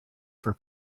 for